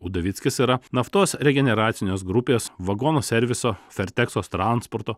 udovickis yra naftos regeneracijos grupės vagonų serviso ferteksos transporto